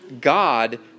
God